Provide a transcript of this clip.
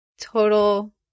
Total